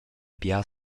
bia